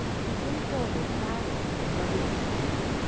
he came forward, bowing and rubbing his hands.